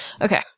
okay